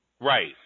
Right